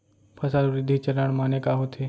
फसल वृद्धि चरण माने का होथे?